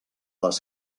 les